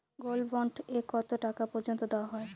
Gold bond এ কতো টাকা পর্যন্ত দেওয়া হয়?